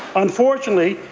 unfortunately,